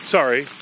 Sorry